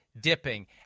dipping